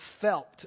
felt